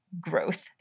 growth